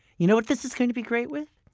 you know what this is going to be great with?